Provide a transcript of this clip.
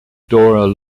dorian